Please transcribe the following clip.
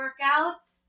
workouts